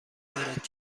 دارد